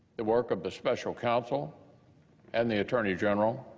the work of the special counsel and the attorney general